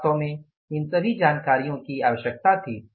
वास्तव में इन सभी जानकारीयों की आवश्यकता थी